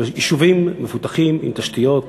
ביישובים מפותחים עם תשתיות,